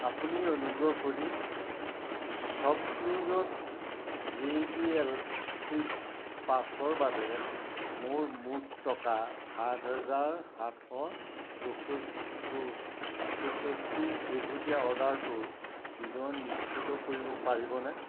আপুনি অনুগ্ৰহ কৰি শ্বপক্লুজত জে বি এল ফ্লিপ পাঁচৰ বাবে মোৰ মুঠ টকা সাত হাজাৰ সাতশ চৌষষ্ঠিৰ শেহতীয়া অৰ্ডাৰটোৰ বিৱৰণ নিশ্চিত কৰিব পাৰিবনে